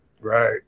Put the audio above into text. Right